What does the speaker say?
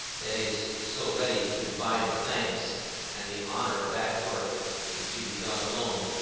that is so ready to divide the thanks and the honour of that work which he begun alone,